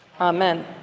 Amen